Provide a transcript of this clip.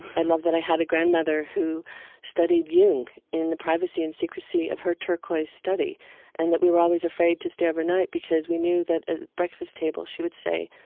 i love that i had a grandmother who studied jung in the privacy and secrecy of her turquoise study and that we were always afraid to stay overnight because we knew that at the breakfast table she would say,